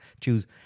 choose